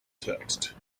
text